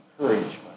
encouragement